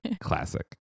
classic